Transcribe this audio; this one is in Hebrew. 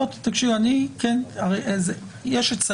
איזה גופים נמצאים בתוספת הזאת?